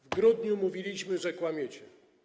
W grudniu mówiliśmy, że kłamiecie.